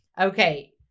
Okay